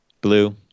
blue